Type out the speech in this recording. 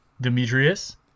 Demetrius